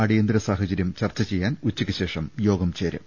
അടിയ ന്തിര സാഹചര്യം ചർച്ച ചെയ്യാൻ ഉച്ചയ്ക്ക്ശേഷം യോഗം ചേരും